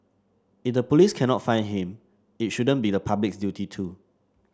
if the police cannot find him it shouldn't be the public's duty to